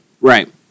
Right